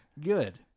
good